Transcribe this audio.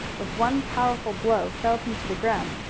with one powerful blow felled him to the ground,